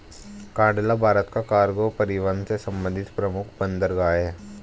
कांडला भारत का कार्गो परिवहन से संबंधित प्रमुख बंदरगाह है